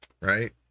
Right